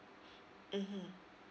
mmhmm